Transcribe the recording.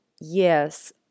yes